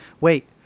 wait